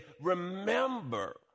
remember